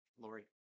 Lori